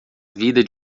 vida